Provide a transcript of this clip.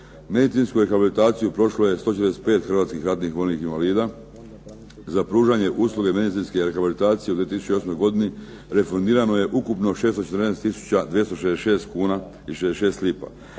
Medicinsku rehabilitaciju prošlo je 145 hrvatskih ratnih vojnih invalida. Za pružanje usluge medicinske rehabilitacije u 2008. godini refundirano je ukupno 614 tisuća 266 kuna i 66 lipa.